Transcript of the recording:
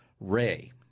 Ray